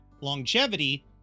Longevity